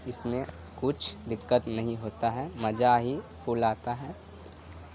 اس میں کچھ دقت نہیں ہوتا ہے مزہ ہی فل آتا ہے